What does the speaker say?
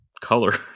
color